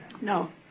No